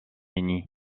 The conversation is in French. uni